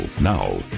Now